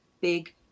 big